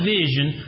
vision